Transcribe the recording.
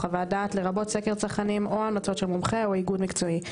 "חוות דעת" לרבות סקר צרכנים או המלצות של מומחה או איגוד מקצועי.